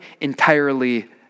entirely